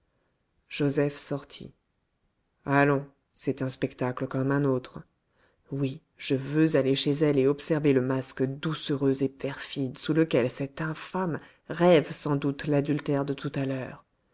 joseph sortit allons c'est un spectacle comme un autre oui je veux aller chez elle et observer le masque doucereux et perfide sous lequel cette infâme rêve sans doute l'adultère de tout à l'heure